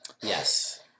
Yes